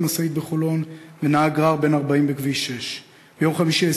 משאית בחולון ונהג גרר בן 40 בכביש 6. ביום חמישי,